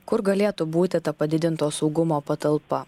kur galėtų būti ta padidinto saugumo patalpa